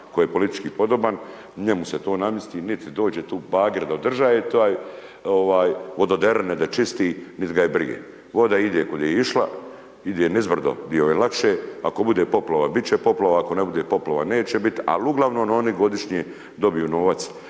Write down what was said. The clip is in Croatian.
tko je politički podoban, njemu se to namjesti, niti dođe bager da održava taj, vododerine da čisti nit ga je briga, voda ide kud je išla, ide nizbrdo di joj je lakše, ako bude poplava, bit će poplava, ako ne bude poplava, neće bit ali uglavnom oni godišnje dobiju novac